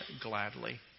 gladly